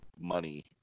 money